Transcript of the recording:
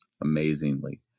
amazingly